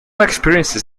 experiences